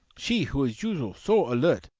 she who is usual so alert,